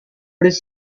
this